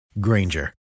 Granger